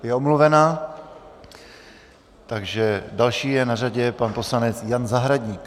Je omluvena, takže další na řadě je pan poslanec Jan Zahradník.